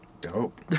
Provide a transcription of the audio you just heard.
Dope